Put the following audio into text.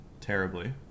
terribly